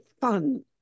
fun